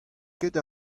ket